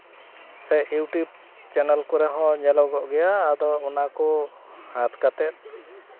ᱥᱮ YouTube channel ᱠᱚᱨᱮ ᱦᱚᱸ ᱧᱮᱞᱚᱜᱚᱜ ᱜᱮᱭᱟ ᱟᱫᱚ ᱚᱱᱟ ᱠᱚ ᱦᱟᱛ ᱠᱟᱛᱮᱫ